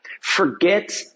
Forget